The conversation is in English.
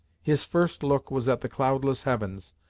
his first look was at the cloudless heavens,